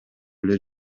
эле